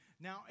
Now